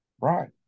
Right